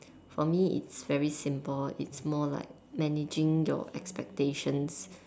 for me it's very simple it's more like managing your expectations